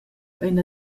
ein